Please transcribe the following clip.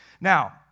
Now